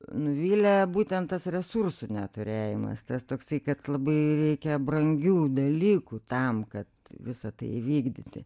nuvylė būtent tas resursų neturėjimas tas toksai kad labai reikia brangių dalykų tam kad visa tai įvykdyti